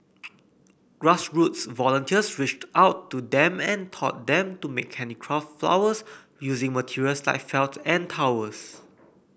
grassroots volunteers reached out to them and taught them to make handicraft flowers using materials like felt and towels